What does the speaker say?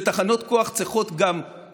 ותחנות כוח גם צריכות לעיתים,